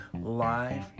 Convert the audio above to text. Live